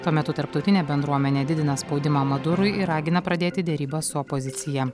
tuo metu tarptautinė bendruomenė didina spaudimą madurui ir ragina pradėti derybas su opozicija